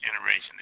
generation